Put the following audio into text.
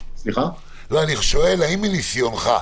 מניסיונך,